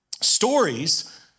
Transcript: Stories